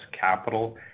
capital